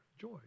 joy